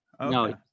No